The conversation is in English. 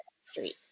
street